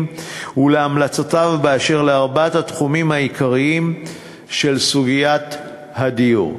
והמלצותיו באשר לארבעת התחומים העיקריים של סוגיית הדיור: